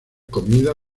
comida